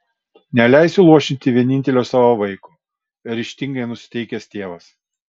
neleisiu luošinti vienintelio savo vaiko ryžtingai nusiteikęs tėvas